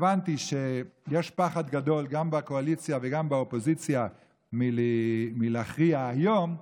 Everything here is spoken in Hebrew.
היות שהבנתי שיש פחד גדול גם בקואליציה וגם באופוזיציה להכריע היום,